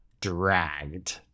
dragged